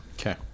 Okay